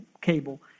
cable